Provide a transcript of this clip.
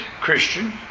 Christian